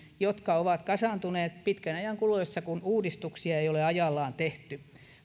jotka ovat kasaantuneet pitkän ajan kuluessa kun uudistuksia ei ole ajallaan tehty